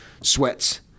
sweats